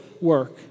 work